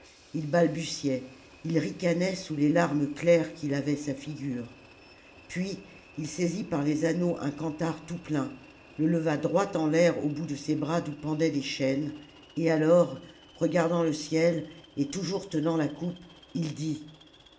il balbutiait il ricanait sous les larmes claires qui lavaient sa figure puis il saisit par les anneaux un canthare tout plein le leva droit en l'air au bout de ses bras d'où pendaient des chaînes et regardant le ciel et toujours tenant la coupe il dit